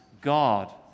God